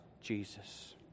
Jesus